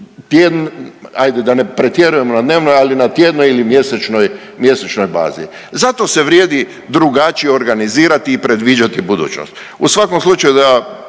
ajde da ne pretjerujemo na dnevnoj, ali na tjednoj ili mjesečnoj, mjesečnoj bazi. Zato se vrijedi drugačije organizirati i predviđati budućnost. U svakom slučaju